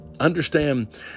understand